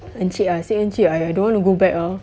encik ah he say encik I I don't want to go back ah